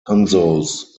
consoles